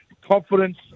confidence